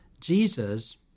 Jesus